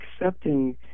accepting